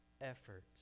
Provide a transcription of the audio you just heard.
effort